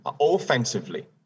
offensively